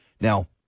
Now